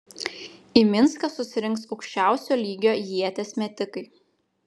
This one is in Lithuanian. į minską susirinks aukščiausio lygio ieties metikai